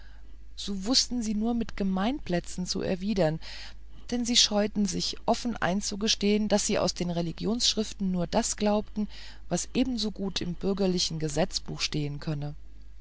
so wußten sie nur mit gemeinplätzen zu erwidern denn sie scheuten sich offen einzugestehen daß sie aus den religionsschriften nur das glaubten was ebensogut im bürgerlichen gesetzbuch stehen könnte